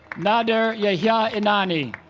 nadder yahya enani